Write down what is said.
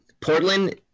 Portland